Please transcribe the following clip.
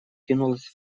кинулась